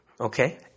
okay